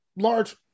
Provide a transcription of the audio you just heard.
large